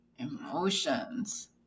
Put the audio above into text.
emotions